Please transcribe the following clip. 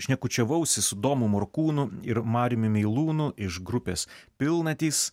šnekučiavausi su domu morkūnu ir mariumi meilūnu iš grupės pilnatys